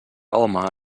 home